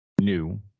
new